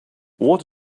what